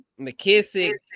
McKissick